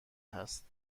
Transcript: هست